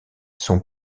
son